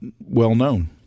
well-known